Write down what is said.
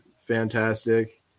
fantastic